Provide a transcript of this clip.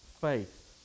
faith